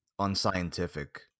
unscientific